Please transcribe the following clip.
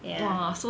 ya